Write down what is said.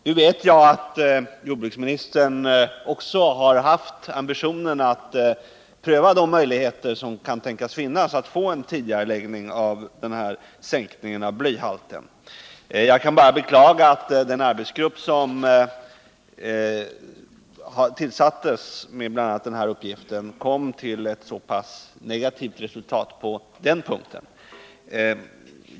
Nu vet jag att jordbruksministern har haft ambitionen att pröva de möjligheter som kan tänkas finnas att tidigarelägga införandet av en sänkning av blyhalten. Jag kan bara beklaga att den arbetsgrupp som tillsattes med bl.a. den här uppgiften kom till ett så pass negativt resultat på den punkten.